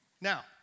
Now